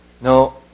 No